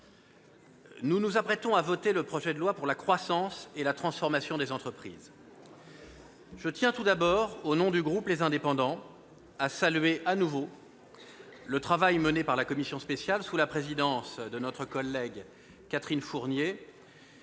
nous nous apprêtons à voter le projet de loi pour la croissance et la transformation des entreprises. Je tiens tout d'abord, au nom du groupe Les Indépendants, à saluer à mon tour le travail mené par la commission spéciale, sous la présidence de notre collègue Catherine Fournier,